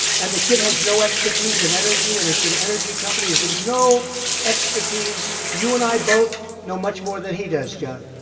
and the kid has no expertise in energy, and it's an energy company. he has ah no expertise. you and i both know much more than he does, john.